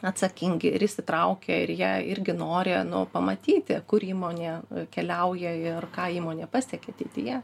atsakingi ir įsitraukia ir jie irgi nori nu pamatyti kur įmonė keliauja ir ką įmonė pasiekė ateityje